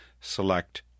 Select